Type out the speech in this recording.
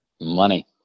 Money